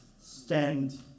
stand